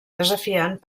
desafiant